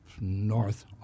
north